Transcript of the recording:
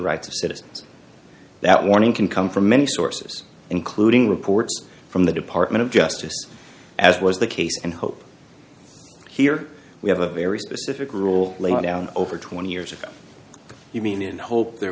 rights of citizens that warning can come from many sources including reports from the department of justice as was the case and hope here we have a very specific rule limit down over twenty years ago you mean and hope there